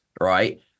right